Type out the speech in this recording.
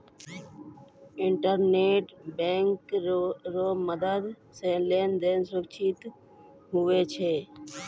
internet bank रो मदद से लेन देन सुरक्षित हुवै छै